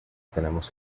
tenemos